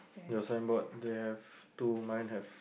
your signboard don't have two mine have